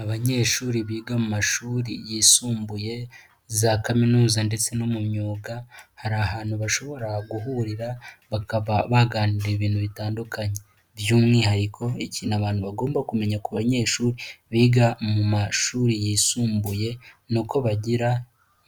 Abanyeshuri biga mu mashuri yisumbuye za kaminuza ndetse no mu myuga. Hari ahantu bashobora guhurira, bakaba baganiriye ibintu bitandukanye. By'umwihariko ikintu abantu bagomba kumenya ku banyeshuri biga mu mashuri yisumbuye, ni uko bagira